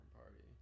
party